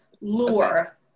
Lure